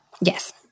yes